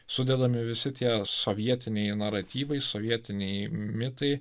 sudedami visi tie sovietiniai naratyvai sovietiniai mitai